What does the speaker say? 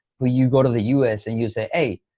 will you go to the us and you say, hey,